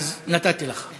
אז, נתתי לך.